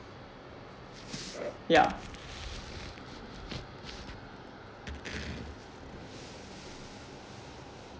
ya